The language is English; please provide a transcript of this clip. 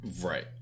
Right